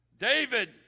David